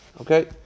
Okay